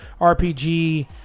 RPG